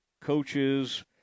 coaches